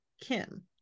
Kim